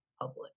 public